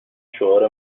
شعار